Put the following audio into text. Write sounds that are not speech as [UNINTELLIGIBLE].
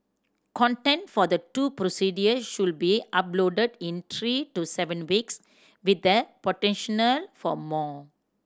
content for the two procedure should be uploaded in three to seven weeks with the potential [UNINTELLIGIBLE] for more